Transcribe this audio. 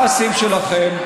מתבייש במעשים שלכם.